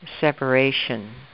separation